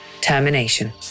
termination